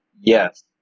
Yes